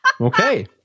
Okay